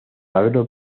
haberlo